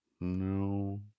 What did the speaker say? No